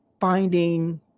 finding